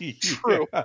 True